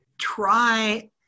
try